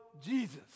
Jesus